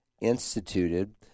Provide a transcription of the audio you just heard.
instituted